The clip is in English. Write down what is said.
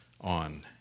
on